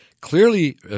clearly